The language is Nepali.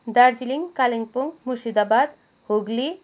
दार्जिलिङ कालिम्पोङ मुर्सिदाबाद हुगली